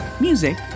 Music